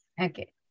Okay